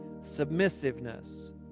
submissiveness